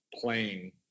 playing